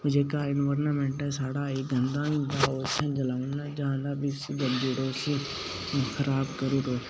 जेह्का इनवायरमैंट ऐ साढ़ा एह् गंदा होई जंदा इसी जलाई ओड़ना जां फ्ही इसी दब्बी ओड़ो खराब करग